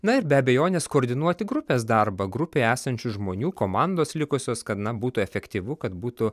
na ir be abejonės koordinuoti grupės darbą grupėj esančių žmonių komandos likusios kad na būtų efektyvu kad būtų